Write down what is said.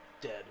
dead